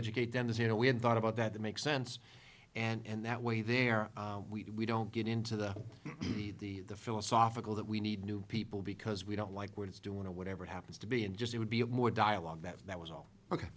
educate them this you know we had thought about that that makes sense and that way there we don't get into the the philosophical that we need new people because we don't like what it's doing to whatever it happens to be and just it would be a more dialogue that that was